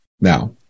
now